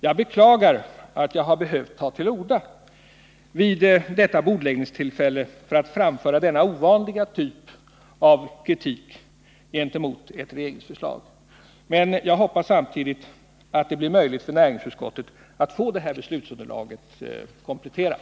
Jag beklagar att jag har behövt ta till orda vid detta bordläggningstillfälle för att framföra denna ovanliga typ av kritik gentemot ett regeringsförslag. Men jag hoppas samtidigt att det skall bli möjligt för näringsutskottet att få det här beslutsunderlaget kompletterat.